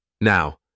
Now